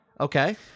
Okay